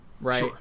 Right